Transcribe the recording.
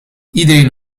iedereen